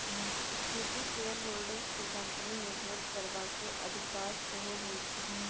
equity shareholders केँ company मे vote करबाक अधिकार सेहो होइ छै